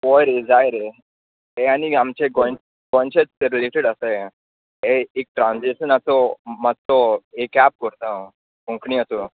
हय रे जाय रे हे आनीक आमचे गोंय गोंयचेच रिलेटेड आसा हें ये एक ट्रानस्लेशनाचो मात्सो एक एप करता हांव कोंकणीयाचो